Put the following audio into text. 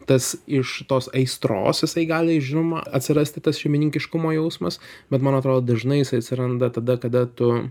tas iš tos aistros jisai gali žinoma atsirasti tas šeimininkiškumo jausmas bet man atrodo dažnai jisai atsiranda tada kada tu